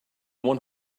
one